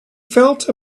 felt